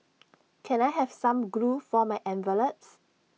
can I have some glue for my envelopes